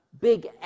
big